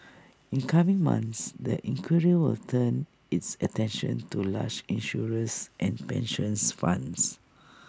in coming months the inquiry will turn its attention to large insurers and pensions funds